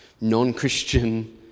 non-Christian